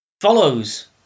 follows